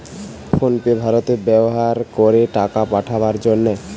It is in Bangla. ফোন পে ভারতে ব্যাভার করে টাকা পাঠাবার জন্যে